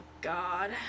god